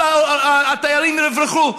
כל התיירים יברחו.